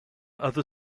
other